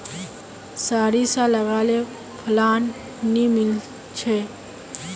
सारिसा लगाले फलान नि मीलचे?